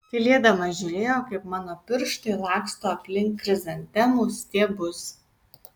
tylėdama žiūrėjo kaip mano pirštai laksto aplink chrizantemų stiebus